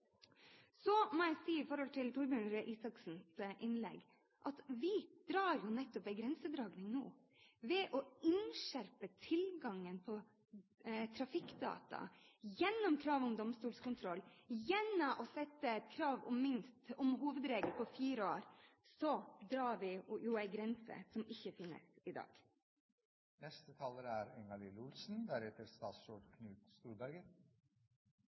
Så må jeg si til Torbjørn Røe Isaksens innlegg at vi nettopp drar en grense nå ved å innskjerpe tilgangen på trafikkdata gjennom krav om domstolskontroll. Gjennom å sette et krav om en hovedregel på fire år drar vi jo en grense som ikke finnes i